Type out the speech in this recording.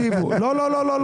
לא.